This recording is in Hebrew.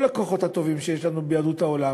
הכוחות הטובים שיש לנו ביהדות העולם,